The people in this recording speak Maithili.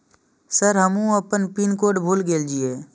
सर हमू अपना पीन कोड भूल गेल जीये?